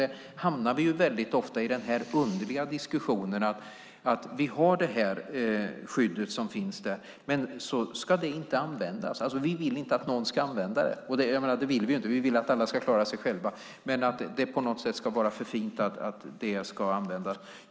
Där hamnar vi väldigt ofta i den här underliga diskussionen som går ut på att vi har det här skyddet - men vi vill inte att någon ska använda det. Och det vill vi ju inte; vi vill att alla ska klara sig själva, men det är som det på något sätt är för fult för att användas.